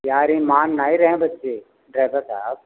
यार ये मान नहीं रहे हैं बच्चे ड्राइवर साहब